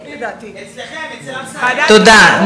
תודה.